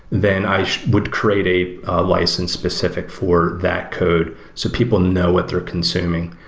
then i would create a license specific for that code so people know what they are consuming,